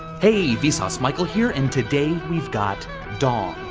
hey, vsauce. michael here. and today we've got dong,